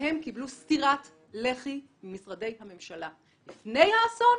והם קבלו סטירת לחי ממשרדי הממשלה, לפני האסון